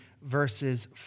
verses